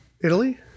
Italy